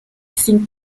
sin